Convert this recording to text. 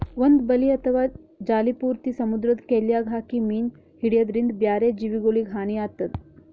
ಒಂದ್ ಬಲಿ ಅಥವಾ ಜಾಲಿ ಪೂರ್ತಿ ಸಮುದ್ರದ್ ಕೆಲ್ಯಾಗ್ ಹಾಕಿ ಮೀನ್ ಹಿಡ್ಯದ್ರಿನ್ದ ಬ್ಯಾರೆ ಜೀವಿಗೊಲಿಗ್ ಹಾನಿ ಆತದ್